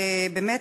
באמת,